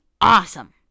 awesome